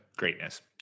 greatness